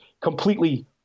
completely